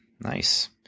Nice